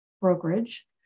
brokerage